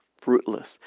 fruitless